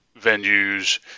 venues